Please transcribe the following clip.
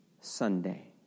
Sunday